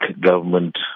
government